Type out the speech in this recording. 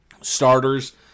starters